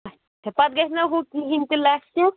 اَچھا پتہٕ گژھِ نا ہُہ کِہیٖنۍ تہِ لٮ۪س